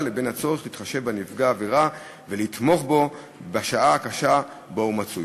לבין הצורך להתחשב בנפגע עבירה ולתמוך בו בשעה הקשה שבה הוא מצוי.